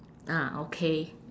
ah okay